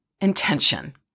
intention